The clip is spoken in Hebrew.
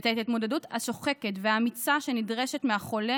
ואת ההתמודדות השוחקת והאמיצה שנדרשת מהחולה